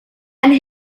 and